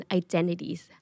identities